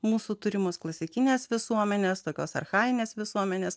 mūsų turimos klasikinės visuomenės tokios archajinės visuomenės